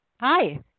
Hi